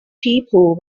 people